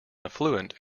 affluent